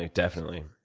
ah definitely,